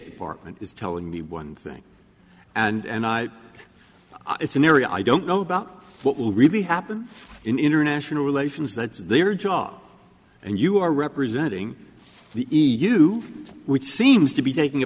department is telling me one thing and it's an area i don't know about what will really happen in international relations that's their job and you are representing the e u which seems to be taking a